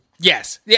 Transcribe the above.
yes